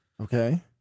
Okay